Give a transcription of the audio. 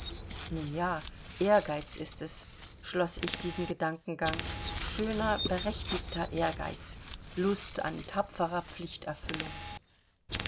nun ja ehrgeiz ist es schloß ich diesen gedankengang schöner berechtigter ehrgeiz lust an tapferer pflichterfüllung